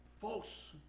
Folks